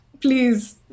Please